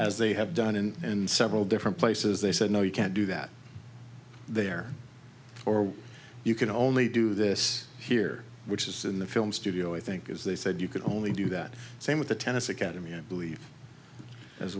as they have done in and several different places they said no you can't do that there or you can only do this here which is in the film studio i think as they said you can only do that same with the tennis academy i believe as